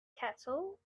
cattle